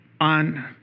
on